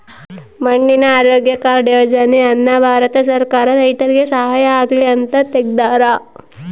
ಮಣ್ಣಿನ ಆರೋಗ್ಯ ಕಾರ್ಡ್ ಯೋಜನೆ ಅನ್ನ ಭಾರತ ಸರ್ಕಾರ ರೈತರಿಗೆ ಸಹಾಯ ಆಗ್ಲಿ ಅಂತ ತೆಗ್ದಾರ